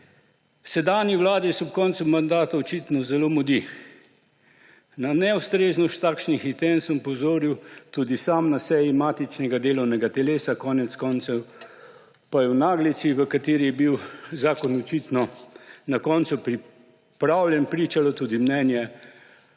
Sedanji vladi se ob koncu mandata očitno zelo mudi. Na neustreznost takšnih intenc sem opozoril tudi sam na seji matičnega delovnega telesa. Konec koncev pa je o naglici, v kateri je bil zakon očitno na koncu pripravljen, pričalo tudi mnenje